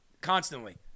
constantly